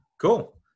cool